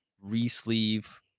re-sleeve